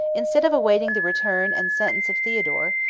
instead of awaiting the return and sentence of theodore,